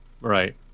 Right